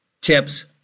tips